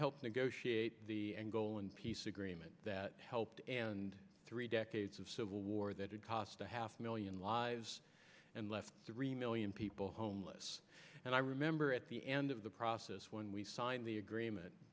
helped negotiate the angolan peace agreement that helped and three decades of civil war that had cost a half million lives and left three million people homeless and i remember at the end of the process when we signed the agreement